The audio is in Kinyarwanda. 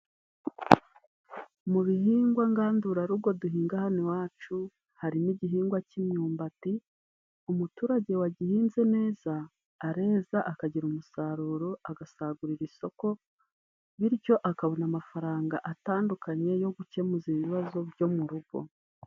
Mu bihingwa ngandurarugo duhinga hano iwacu harimo igihingwa cy'imyumbati umuturage wagihinze neza areza akagira umusaruro agasagurira isoko bityo akabona amafaranga atandukanye yo gukemuza ibibazo byo mu rugo.